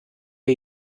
ihr